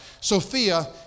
Sophia